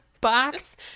box